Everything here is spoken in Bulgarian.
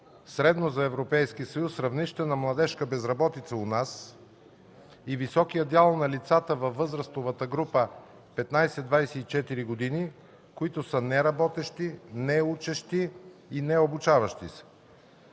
средно за Европейския съюз равнище на младежка безработица у нас и високия дял на лицата във възрастовата група – 15-24 години, които са неработещи, неучещи и необучаващи се.